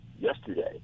yesterday